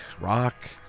rock